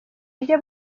rye